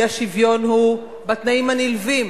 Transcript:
האי-שוויון הוא בתנאים הנלווים,